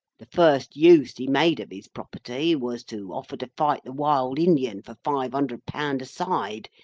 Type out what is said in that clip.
the first use he made of his property, was, to offer to fight the wild indian for five hundred pound a side,